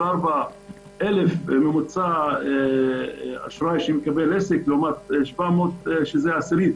ש-74,000 ממוצע אשראי שמקבל עסק לעומת 700 שזה עשירית